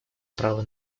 права